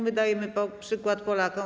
My dajemy przykład Polakom.